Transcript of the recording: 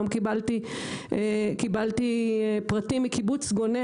היום קיבלתי פרטים מקיבוץ גונן,